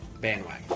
bandwagon